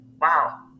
wow